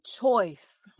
choice